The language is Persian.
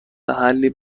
حلی